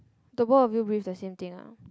the both of you breathe the same thing ah